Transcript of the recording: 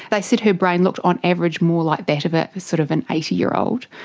they said her brain looked on average more like that of ah sort of an eighty year old.